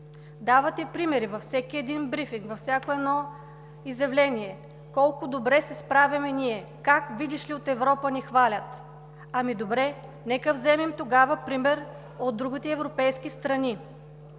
Давате примери във всеки един брифинг, във всяко едно изявление колко добре се справяме ние, как, видиш ли, от Европа ни хвалят. Ами добре, нека вземем тогава пример от другите европейски страни.